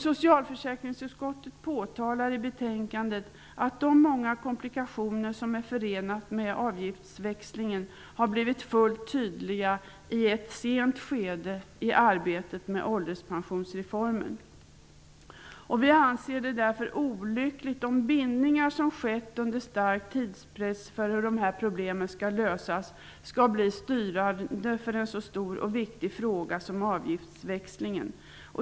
Socialförsäkringsutskottet påtalar i betänkandet att de många komplikationer som är förenade med avgiftsväxlingen har blivit fullt tydliga i ett sent skede i arbetet med ålderspensionsreformen. Vi anser därför att det är olyckligt om bindningar som skett under stark tidspress för hur dessa problem skall lösas, skall bli styrande för en så stor och viktig fråga som avgiftsväxlingen.